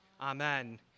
Amen